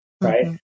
right